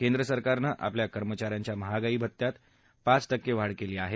केंद्र सरकारनं आपल्या कर्मचाऱ्यांच्या महागाई भत्यात पाच केंके वाढ केली आहे